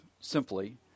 simply